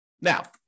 Now